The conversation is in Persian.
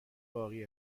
باقی